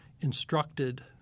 instructed